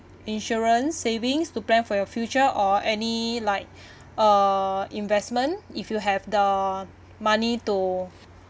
insurance savings to plan for your future or any like uh investment if you have the money to